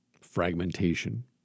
fragmentation